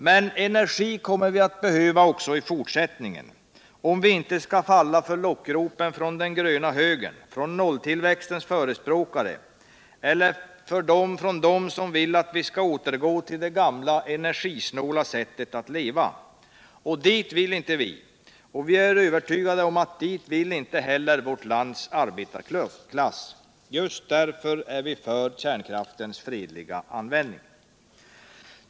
Men energi kommer vi att behöva även i fortsättningen, om vi inte skall falla för lockropen från den gröna högern, från nolltillväxtens förespråkare eller från dem som vill att vi skall återgå till det gamla energisnåla sättet att leva. Dit vill inte vi, och vi är övertygade om att dit vill inte heller vårt lands arbetarklass. Just därför är vi för kärnkraftens fredliga användning.